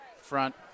front